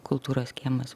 kultūros kiemas